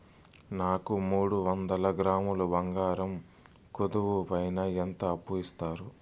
నాకు మూడు వందల గ్రాములు బంగారం కుదువు పైన ఎంత అప్పు ఇస్తారు?